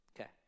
Okay